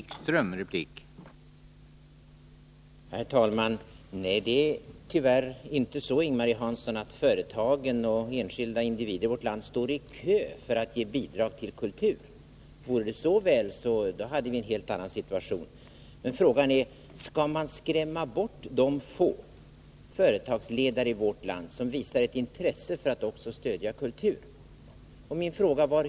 Herr talman! Nej, det är tyvärr inte så, Ing-Marie Hansson, att företagen och enskilda individer i vårt land står i kö för att ge bidrag till kultur. Vore det så väl, hade vi en helt annan situation. Men frågan är: Skall man skrämma bort de få företagsledare i vårt land som visar ett intresse för att också stödja kultur?